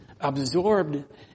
absorbed